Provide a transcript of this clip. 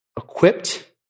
equipped